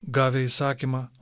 gavę įsakymą